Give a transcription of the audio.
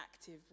active